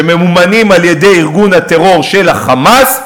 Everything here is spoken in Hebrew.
שממומנים על-ידי ארגון הטרור של ה"חמאס",